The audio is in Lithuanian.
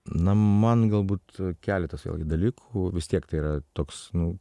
na man galbūt keletas dalykų vis tiek tai yra toks nu